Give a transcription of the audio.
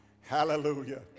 Hallelujah